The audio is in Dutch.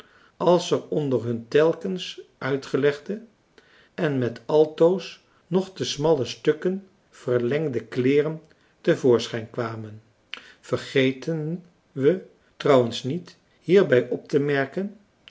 als er onder hun telkens uitgelegde en met altoos nog te smalle stukken verlengde kleeren te voorschijn kwamen vergeten we trouwens niet hierbij op te merken